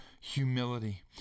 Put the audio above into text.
humility